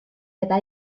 eta